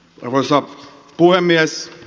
arvoisa puhemies